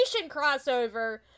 crossover